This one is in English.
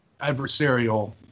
Adversarial